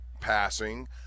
passing